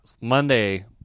Monday